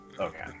okay